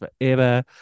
forever